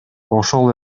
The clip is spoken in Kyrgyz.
ошол